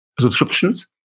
subscriptions